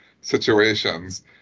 situations